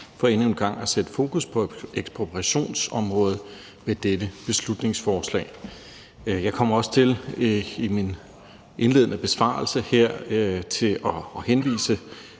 for endnu en gang at sætte fokus på ekspropriationsområdet med dette beslutningsforslag. Jeg kommer også til i min indledende besvarelse her at henvise